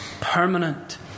permanent